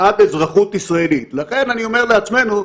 אדוני היושב-ראש, אני אשמח